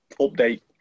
update